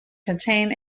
contain